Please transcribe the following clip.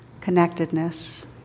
connectedness